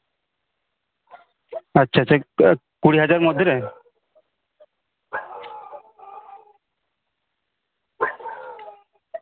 ᱟᱪᱪᱷᱟ ᱟᱪᱪᱷᱟ ᱠᱩᱲᱤ ᱦᱟᱡᱟᱨ ᱢᱚᱫᱽᱫᱷᱮ ᱨᱮ